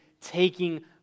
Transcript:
taking